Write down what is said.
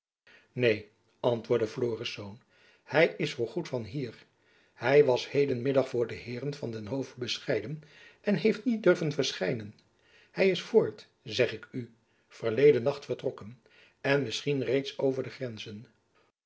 neen antwoordde florisz hy is voor goed van hier hy was heden middag voor de heeren van den hove bescheiden en heeft niet durven verschijnen hy is voort zeg ik u verleden nacht vertrokken en misschien reeds over de grenzen